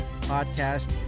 podcast